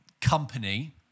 company